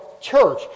church